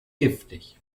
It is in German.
giftig